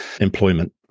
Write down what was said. employment